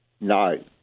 No